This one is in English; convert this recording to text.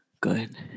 good